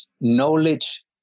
knowledge